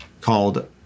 called